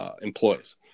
employees